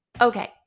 Okay